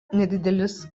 nedidelis